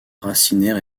racinaire